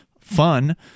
fun